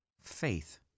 faith